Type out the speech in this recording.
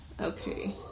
okay